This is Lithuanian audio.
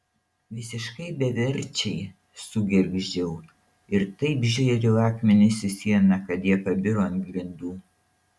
visiškai beverčiai sugergždžiau ir taip žėriau akmenis į sieną kad jie pabiro ant grindų